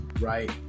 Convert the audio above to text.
right